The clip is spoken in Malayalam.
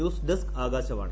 news desk Akashvani